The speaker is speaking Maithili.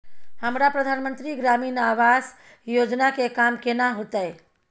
हमरा प्रधानमंत्री ग्रामीण आवास योजना के काम केना होतय?